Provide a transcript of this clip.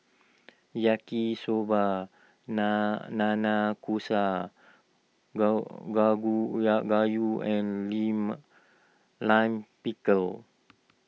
Yaki Soba Na Nanakusa gusa ga gagu uya Gayu and Lima Lime Pickle